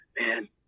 man